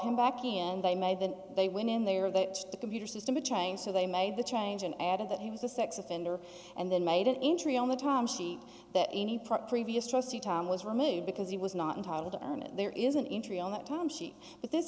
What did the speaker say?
him back he and they made that they went in there that the computer system of trying so they made the change and added that he was a sex offender and then made an injury only time sheet that any previous trustee time was removed because he was not entitled to earn it there is an entry on that time sheet but this